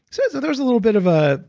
so so there was a little bit of a.